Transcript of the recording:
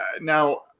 Now